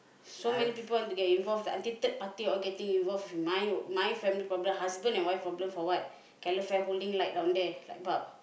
so many people want to get involved until third party all getting involved with my my family problem husband and wife problem for what calefare holding like down there like pub